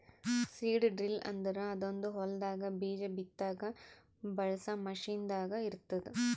seed drill ಅಂದುರ್ ಅದೊಂದ್ ಹೊಲದಾಗ್ ಬೀಜ ಬಿತ್ತಾಗ್ ಬಳಸ ಮಷೀನ್ ದಾಗ್ ಇರ್ತ್ತುದ